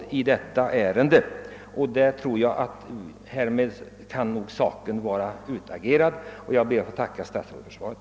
Jag tror att saken i och med att statsrådets besked lämnats kan vara utagerad och en bättre handläggning härutinnan sker. Jag ber att än en gång få tacka för svaret.